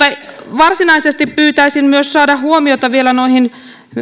varsinaisesti pyytäisin myös saada huomiota vielä tuohon